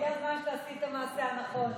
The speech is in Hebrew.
הגיע הזמן שתעשי את המעשה הנכון.